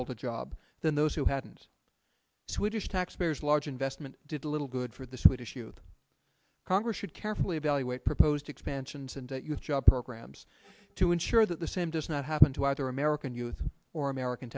hold a job than those who hadn't swedish taxpayers a large investment did a little good for the swedish youth congress should carefully evaluate proposed expansions and job programs to ensure that the same does not happen to either american youth or american